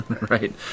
right